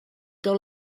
tot